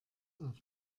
auf